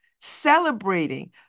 celebrating